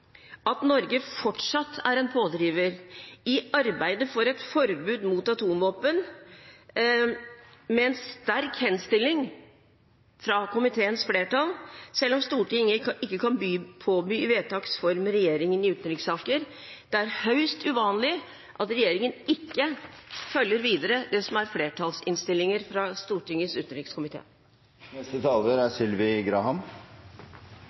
at Norge fortsatt er en pådriver i arbeidet for et forbud mot atomvåpen, med en sterk henstilling fra komiteens flertall, selv om Stortinget ikke kan påby regjeringen det i vedtaks form i utenrikssaker. Det er høyst uvanlig at regjeringen ikke følger opp videre det som er flertallsinnstillinger fra Stortingets utenrikskomité. Ingen i denne sal er